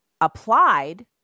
applied